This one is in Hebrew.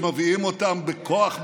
שמביאים אותם בכוח,